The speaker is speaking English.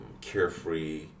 carefree